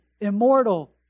immortal